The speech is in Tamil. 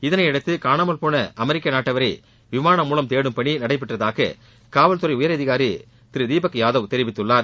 இதையடுத்து காணாமல் போன அமெரிக்க நாட்டைச்சேர்ந்தவரை விமானம் மூலம் தேடும் பணி நடைபெற்றதாக காவல்துறை உயரதிகாரி தீபக் யாதவ் தெரிவித்துள்ளார்